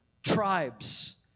tribes